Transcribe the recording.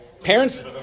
parents